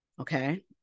okay